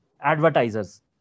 advertisers